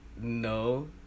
No